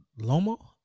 Lomo